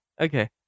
Okay